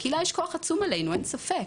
לקהילה יש כוח עצום אלינו, אין ספק.